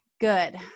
good